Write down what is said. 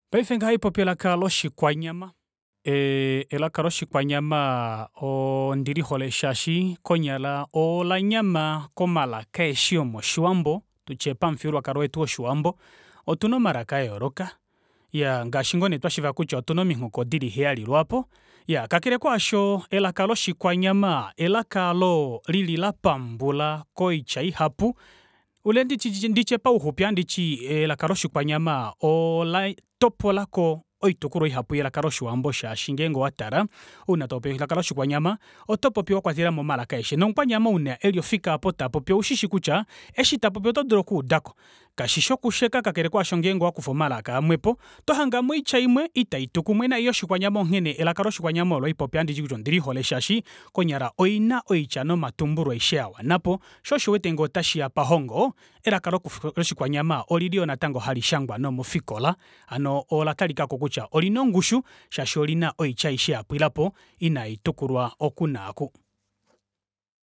Paife ngaha ohaipopi elaka loshikwanyama ee elaka loshikwanyamaa oo ondilihole shaashi konyala olanyama komalaka aeshe oshiwambo tutye pamufyuululwakalo wetu woshiwambo. Otuna omalaka ayooloka, iyaa ngaashi ngoo nee twashiiva kutya otuna omihoko dili heyali lwaapo iyaa kakele kaasho elaka loshikwanyama elaka aalo lili lapambula koitya ihapu ile ndi- ndi nditye pauxupi ohanditi elaka loshikwanyama oo ola topolako oitukulwa ihapu yelaka loshiwambo shaashi ngeenge owatala ouna topopi elaka loshikwanyama otopopi wakwatelamo omalaka aeshe nomu kwanyama ouna eli ofika aapo tapopi oushishikutya eshi tapopi oto dulu okuudako kashishi okusheka kakele kaasho ngeenge owakufa omalaka amwepo oto hangemo oitya imwe ita itu kumwe nayi yoshikwanyama onghene elaka loshikwanyama olo haipopi ohanditi kutya ondilihole shaashi konyala olina oitya nomatumbulo aeshe yawanapo, shoo osho uwete ngee ota shiya pahongo elaka lokufuu loshikwanyama olili yoo natango hali shangwa nomofikola hano ola talikako kutya olina ongushu shaashi olina oitya aishe yapwilapo ina itukulwa oku naaku.